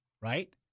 right